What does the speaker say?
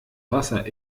wasser